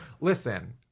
listen